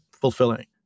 fulfilling